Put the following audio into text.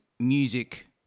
music